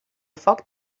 foc